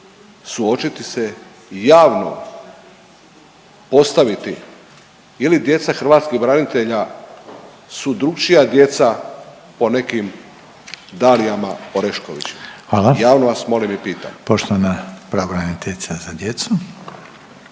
suočiti se i javno postaviti je li djeca hrvatskih branitelja su drukčija djeca po nekim Dalijama Orešković …/Upadica: Hvala./… javno vas molim i pitam. **Reiner, Željko